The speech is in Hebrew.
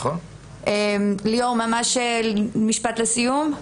ליאור ממש משפט לסיום.